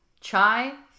Chai